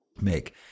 make